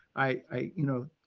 i, you know,